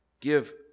give